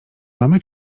mamy